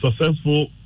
successful